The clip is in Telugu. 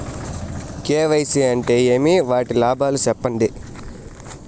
కె.వై.సి అంటే ఏమి? వాటి లాభాలు సెప్పండి?